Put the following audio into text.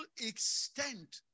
extent